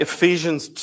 Ephesians